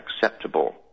acceptable